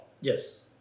Yes